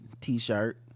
T-shirt